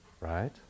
right